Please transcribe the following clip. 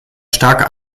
stark